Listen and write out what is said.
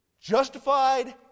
Justified